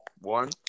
One